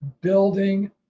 building